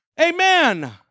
Amen